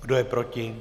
Kdo je proti?